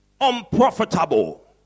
Unprofitable